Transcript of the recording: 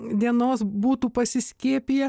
dienos būtų pasiskiepiję